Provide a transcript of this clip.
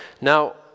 Now